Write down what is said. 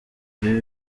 ibi